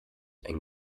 ein